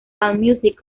allmusic